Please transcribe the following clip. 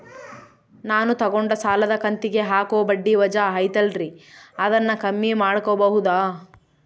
ನಾನು ತಗೊಂಡ ಸಾಲದ ಕಂತಿಗೆ ಹಾಕೋ ಬಡ್ಡಿ ವಜಾ ಐತಲ್ರಿ ಅದನ್ನ ಕಮ್ಮಿ ಮಾಡಕೋಬಹುದಾ?